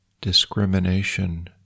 discrimination